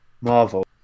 Marvel